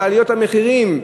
בעליות המחירים?